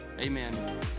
Amen